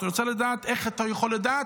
אתה רוצה לדעת איך אתה יכול לדעת?